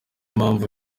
mpamvu